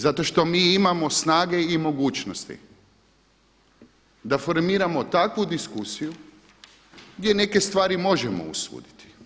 Zato što mi imamo snage i mogućnosti da formiramo takvu diskusiju gdje neke stvari možemo osuditi.